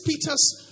Peter's